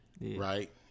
right